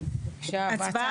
0 נמנעים,